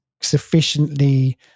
sufficiently